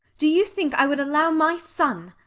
do you think i would allow my son